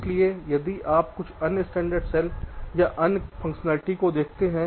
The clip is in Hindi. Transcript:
इसलिए यदि आप कुछ अन्य स्टैंडर्ड सेल या अन्य फंक्शनैलिटी को देखते है